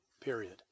period